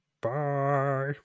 bye